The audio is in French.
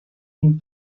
une